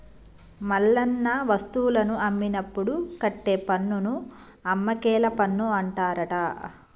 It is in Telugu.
మల్లన్న వస్తువులను అమ్మినప్పుడు కట్టే పన్నును అమ్మకేల పన్ను అంటారట